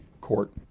court